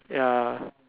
ya